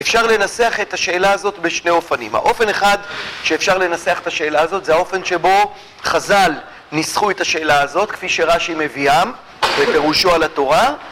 אפשר לנסח את השאלה הזאת בשני אופנים, האופן אחד שאפשר לנסח את השאלה הזאת זה האופן שבו חז"ל ניסחו את השאלה הזאת כפי שרש"י מביאם בפירושו על התורה